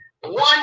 One